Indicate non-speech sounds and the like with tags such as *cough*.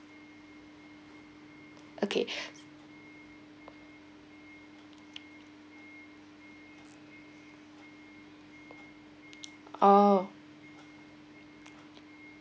okay *breath* oh